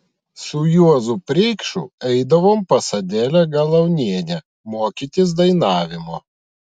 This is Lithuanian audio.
su juozu preikšu eidavom pas adelę galaunienę mokytis dainavimo